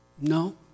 No